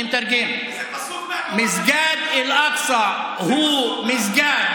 בדיוק אני מתרגם: מסגד אל-אקצא הוא מסגד,